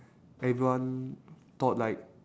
everyone thought like